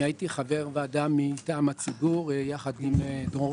אני הייתי חבר הוועדה מטעם הציבור יחד עם דרור